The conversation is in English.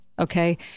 Okay